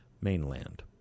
mainland